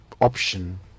option